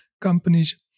companies